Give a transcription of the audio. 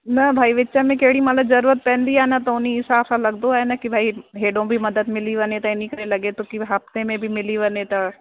न भाई विच में केॾी महिल ज़रूरत पवंदी आहे न त हुन हिसाब सां लॻंदो आहे न कि भाई हेॾो बि मदद मिली वञे त इनकरे लॻे थो कि भाई हफ़्ते में बि मिली वञे त